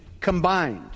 combined